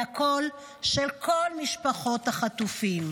היא הקול של כל משפחות החטופים.